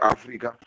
Africa